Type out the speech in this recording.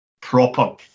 proper